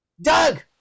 Doug